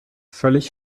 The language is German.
völlig